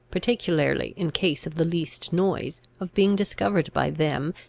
particularly in case of the least noise, of being discovered by them,